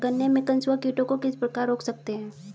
गन्ने में कंसुआ कीटों को किस प्रकार रोक सकते हैं?